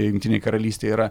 jungtinėj karalystėj yra